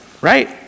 right